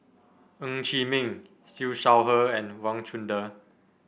Ng Chee Meng Siew Shaw Her and Wang Chunde